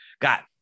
Got